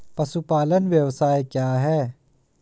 पशुपालन व्यवसाय क्या है?